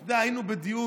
אתה יודע, היינו בדיון,